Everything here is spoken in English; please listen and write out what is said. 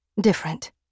Different